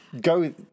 go